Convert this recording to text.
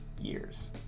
years